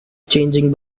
changing